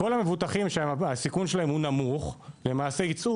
כל המבוטחים שהסיכון שלהם הוא נמוך למעשה יצאו